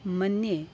मन्ये